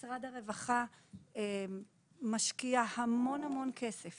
משרד הרווחה משקיע המון כסף